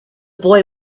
boy